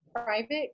private